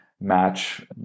match